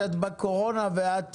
שאת בקורונה ואת